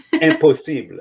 Impossible